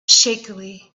shakily